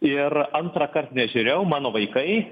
ir antrąkart nežiūrėjau mano vaikai